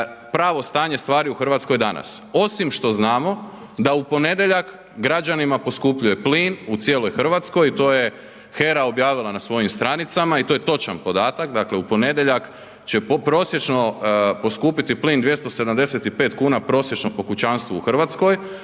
pravo stanje stvari u Hrvatskoj danas osim što znamo da u ponedjeljak građanima poskupljuje plin u cijeloj Hrvatskoj, to je HERA objavila na svojim stranicama i to je točan podatak, dakle u ponedjeljak će prosječno poskupiti plin 275 kn, prosječno po kućanstvu u Hrvatskoj,